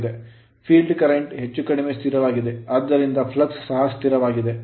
field current field current ಹೆಚ್ಚು ಕಡಿಮೆ ಸ್ಥಿರವಾಗಿದೆ ಆದ್ದರಿಂದ flux ಫ್ಲಕ್ಸ್ ಸಹ ಸ್ಥಿರವಾಗಿದೆ